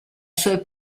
suoi